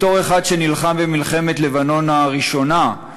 בתור אחד שנלחם במלחמת לבנון הראשונה,